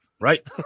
Right